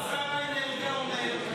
מה שר האנרגיה אומר?